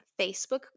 Facebook